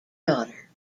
daughter